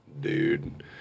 dude